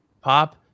pop